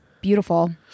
beautiful